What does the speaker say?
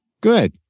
good